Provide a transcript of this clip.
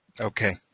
Okay